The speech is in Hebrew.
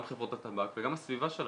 גם חברות הטבק וגם הסביבה שלנו,